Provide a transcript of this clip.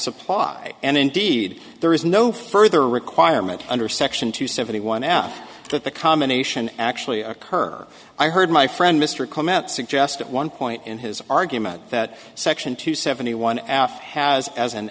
supply and indeed there is no further requirement under section two seventy one now that the combination actually occur i heard my friend mr comment suggest at one point in his argument that section two seventy one aft has as an